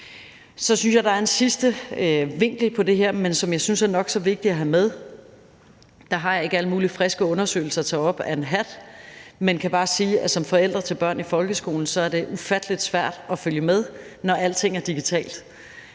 Så synes jeg, at der er en sidste vinkel på det her, som jeg synes er nok så vigtig at have med. Der har jeg ikke alle mulige friske undersøgelser at tage op af en hat, men jeg kan bare sige, at for forældre til børn i folkeskolen er det ufattelig svært at følge med, når alting er digitalt.